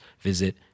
visit